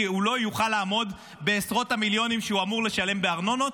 הוא לא יוכל לעמוד בעשרות המיליונים שהוא אמור לשלם בארנונות,